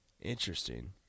Interesting